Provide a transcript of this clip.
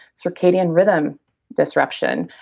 circadian rhythm disruption,